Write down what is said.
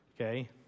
okay